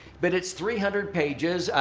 but it's three hundred pages.